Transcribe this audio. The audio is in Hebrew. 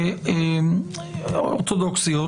אורתודוקסיות,